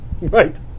Right